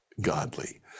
godly